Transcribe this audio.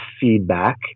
feedback